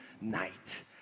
night